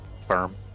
firm